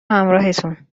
همراهتون